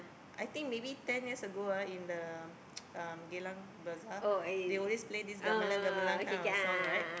I think maybe ten years ago ah in the uh Geylang-Besar they always play this gamelan gamelan kind of song right